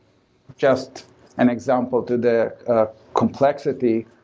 just an example to the ah complexity,